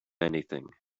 anything